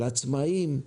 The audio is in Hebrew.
של עצמאים,